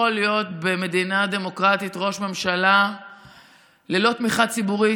במדינה דמוקרטית יכול להיות ראש ממשלה ללא תמיכה ציבורית.